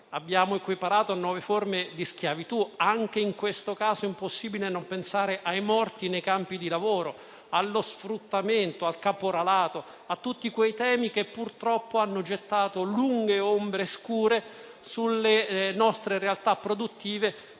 abbiamo equiparato a nuove forme di schiavitù: anche in questo caso impossibile non pensare ai morti nei campi di lavoro, allo sfruttamento, al caporalato, a tutti quei temi che purtroppo hanno gettato lunghe ombre scure sulle nostre realtà produttive